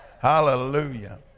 Hallelujah